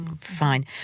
Fine